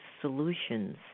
solutions